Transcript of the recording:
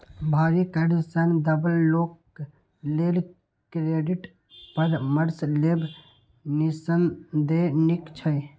भारी कर्ज सं दबल लोक लेल क्रेडिट परामर्श लेब निस्संदेह नीक छै